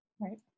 Right